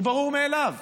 הוא ברור מאליו.